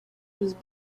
was